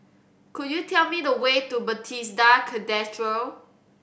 could you tell me the way to Bethesda Cathedral